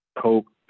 Coke